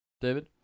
David